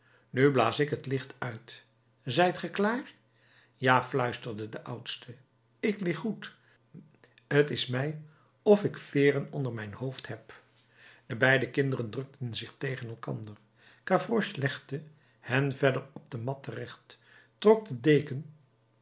nu blaas ik t licht uit zijt ge klaar ja fluisterde de oudste ik lig goed t is mij of ik veêren onder mijn hoofd heb de beide kinderen drukten zich tegen elkander gavroche legde hen verder op de mat terecht trok de deken